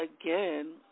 again